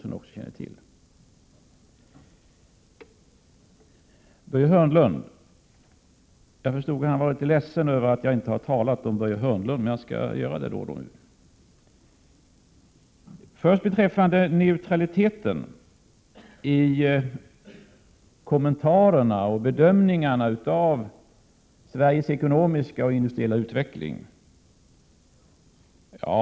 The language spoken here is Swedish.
Till Börje Hörnlund vill jag säga att jag förstod att han var litet ledsen över att jag inte har talat om Börje Hörnlund. Jag skall göra det nu. Först vill jag ta upp neutraliteten i kommentarerna och bedömningarna av Sveriges ekonomiska och industriella utveckling.